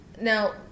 Now